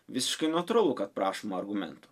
visiškai natūralu kad prašoma argumentų